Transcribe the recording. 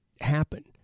happen